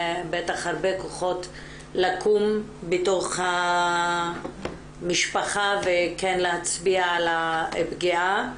בטח הרבה כוחות לקום בתוך המשפחה וכן להצביע על הפגיעה,